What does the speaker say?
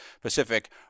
Pacific